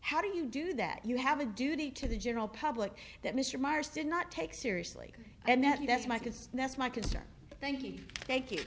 how do you do that you have a duty to the general public that mr marston not take seriously and that that's my kids and that's my concern thank you thank you